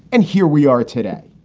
and here we are today.